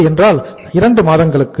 2 மாதங்களுக்கு